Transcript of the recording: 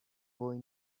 boy